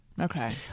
okay